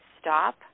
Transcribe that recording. stop